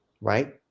Right